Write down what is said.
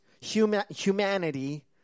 humanity